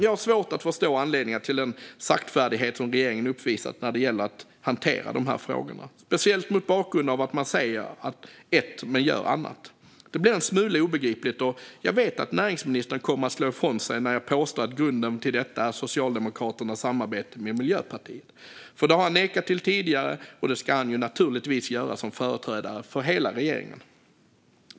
Jag har svårt att förstå anledningarna till den saktfärdighet som regeringen har uppvisat när det gäller att hantera de här frågorna, speciellt mot bakgrund av att man säger ett men gör något annat. Det blir en smula obegripligt, och jag vet att näringsministern kommer att slå ifrån sig när jag påstår att grunden till detta är Socialdemokraternas samarbete med Miljöpartiet. Det har han nekat till tidigare, och det ska han naturligtvis också göra som företrädare för hela regeringen.